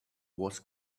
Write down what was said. was